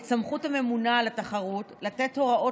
את סמכות הממונה על התחרות לתת הוראות